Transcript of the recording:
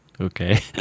Okay